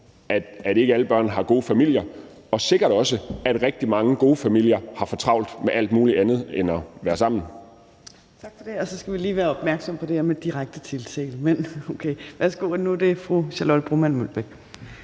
at ikke alle børn har gode familier, og sikkert også, at rigtig mange gode familier har for travlt med alt muligt andet end at være sammen. Kl. 11:55 Tredje næstformand (Trine Torp): Tak for det. Og så skal vi lige være opmærksomme på det her med direkte tiltale. Men værsgo til fru Charlotte Broman Mølbæk.